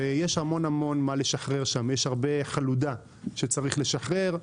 ויש המון מה לשחרר שם, יש הרבה חלודה שצריך לשחרר.